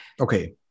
okay